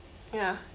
ya